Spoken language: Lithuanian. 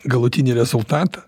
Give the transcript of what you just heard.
galutinį rezultatą